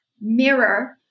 mirror